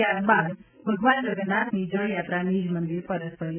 ત્યારબાદ ભગવાન જગન્નાથની જળયાત્રા નીજ મંદિર પરત ફરી હતી